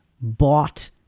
bought